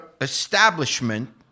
establishment